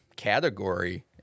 category